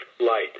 light